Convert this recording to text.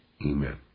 Amen